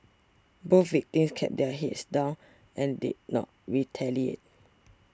both victims kept their heads down and did not retaliate